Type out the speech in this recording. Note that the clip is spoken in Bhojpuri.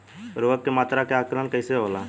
उर्वरक के मात्रा के आंकलन कईसे होला?